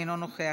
אינו נוכח,